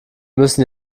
müssen